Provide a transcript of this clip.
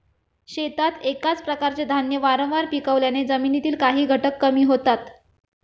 शेतात एकाच प्रकारचे धान्य वारंवार पिकवल्याने जमिनीतील काही घटक कमी होतात